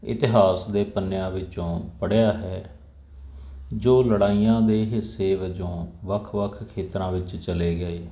ਇਤਿਹਾਸ ਦੇ ਪੰਨਿਆਂ ਵਿੱਚੋਂ ਪੜ੍ਹਿਆ ਹੈ ਜੋ ਲੜਾਈਆਂ ਦੇ ਹਿੱਸੇ ਵਜੋਂ ਵੱਖ ਵੱਖ ਖੇਤਰਾਂ ਵਿੱਚ ਚਲੇ ਗਏ